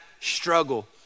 struggle